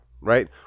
right